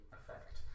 effect